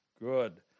Good